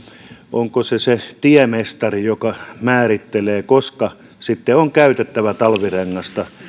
onko se se tiemestari joka määrittelee koska sitten on käytettävä talvirengasta